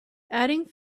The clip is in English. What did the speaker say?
adding